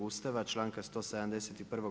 Ustava, članka 171.